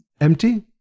empty